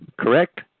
correct